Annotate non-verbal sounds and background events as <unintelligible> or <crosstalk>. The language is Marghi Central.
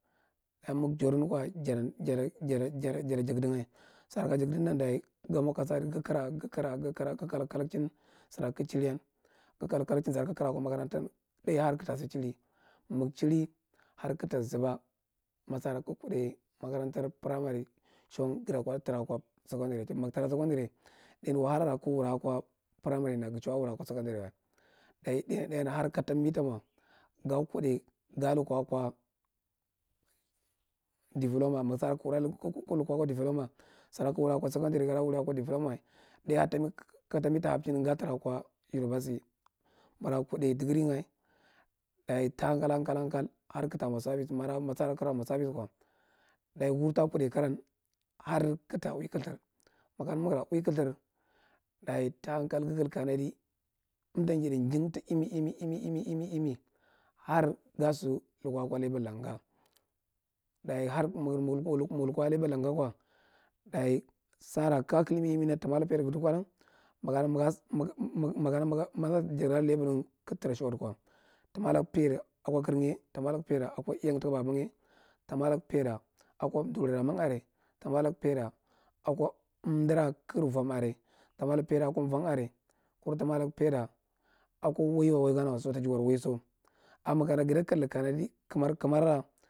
Dayi mig jandi kwa jada jada jada jagdanga sara kaja jagdang dan ga mwa kasada ga kara ga- kara ga kara, ga kalakchin sara kig chirian, ga kalakchin asaa kig kara akwa makarantan. ɗai har kigta sa chiri mig chiri har kigta zuba, ma sara kig kuɗai makarantar primary, chu gada kwaɗa tara akwa secondary mig tara akwa secondary, irin wahalara kia wala akwa primary nda ga chuwa wula akwa secondary wa. Dayi ɗainya-ɗainya har ka tambi ta mwa ga kuɗai, ga lukuwa akwa diploma, ma sara ki- ku- kik lukwa akwa diploma, sara kig wuri a secondary gada wuri akwa diploma wa, ɗai ka tambi ta habchinga ga tara akwa univasi magra kuɗai degree nga, dayi ta hankal hankal har kigtara mwa service, ma sa kigra kuɗai kara, har kig tara ui kilthir. Makana migra ui kalthir, dayi ta hankal ga gadi kanadi, amta widia jing ta imi- imi- imi- imi har ga sa lukwa akwa lebel ra nga. Dayi har mig lukwa lebel ra nga kwa, dayi sara ka kai- imi- imi ndan ta mwa lag paid ad dugkwalan <unintelligible> ma sa kamdo jagdalag lebel nga kig tara suwatu kwa ta mwa lag paida akwa karnga ye, ta mora lag paida akwa igang taka babang ye, ta mwa lag paida akwa duni amang are, ta mwalag paida akwa amdara kagar vwan are, ta mwaglag akwa uwang are, kuwu ta mwalag paida akwa waiwa, waigana wa so ta jugwar waiso. Amma makana gada kiidi kanadi, kamar kamarra…